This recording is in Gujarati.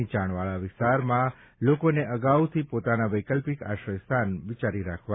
નિચાણવાળા વિસ્તારના લોકોએ અગાઉથી પોતાના વૈકલ્પિક આશ્રયસ્થાન વિચારી રાખવા